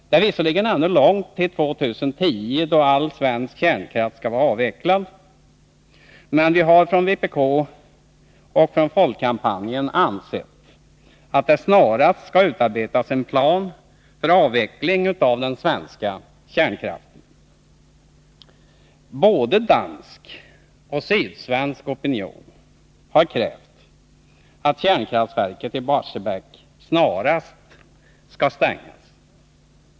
Det är visserligen ännu långt till år 2010, då all svensk kärnkraft skall vara avvecklad, men från vpk och från folkkampanjen anser vi att det snarast skall utarbetas en plan för avveckling av den svenska kärnkraften. Både dansk och sydsvensk opinion har krävt att kärnkraftverket i Barsebäck snarast skall stängas.